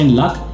luck